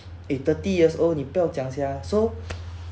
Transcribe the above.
eh thirty years old 你不要讲 sia so